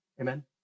Amen